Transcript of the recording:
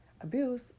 abuse